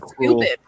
stupid